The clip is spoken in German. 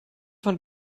von